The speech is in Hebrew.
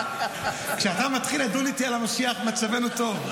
כשאתה מתחיל לדון איתי על המשיח מצבנו טוב.